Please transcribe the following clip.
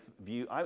view